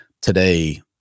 today